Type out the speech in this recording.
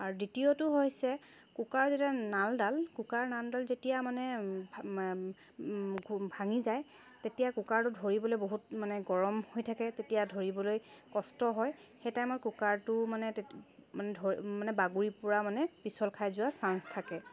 আৰু দ্বিতীয়টো হৈছে কুকাৰৰ যিডাল নালডাল কুকাৰ যেতিয়া নালডাল যেতিয়া মানে ভাঙি যায় তেতিয়া কুকাৰটো ধৰিবলৈ বহুত মানে গৰম হৈ থাকে তেতিয়া ধৰিবলৈ কষ্ট হয় সেই টাইমত কুকাৰটো মানে মানে বাগৰি পৰা মানে পিছল খাই যোৱাৰ ছাঞ্চ থাকে